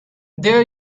their